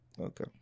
okay